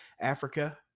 Africa